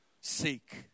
seek